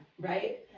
right